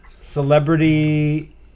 celebrity